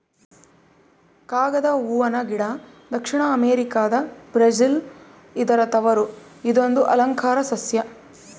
ಕಾಗದ ಹೂವನ ಗಿಡ ದಕ್ಷಿಣ ಅಮೆರಿಕಾದ ಬ್ರೆಜಿಲ್ ಇದರ ತವರು ಇದೊಂದು ಅಲಂಕಾರ ಸಸ್ಯ